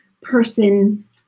person